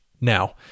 Now